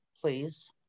please